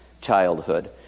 childhood